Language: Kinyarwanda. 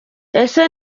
ese